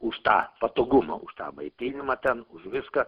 už tą patogumą už tą maitinimą ten už viską